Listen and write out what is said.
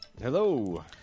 Hello